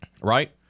Right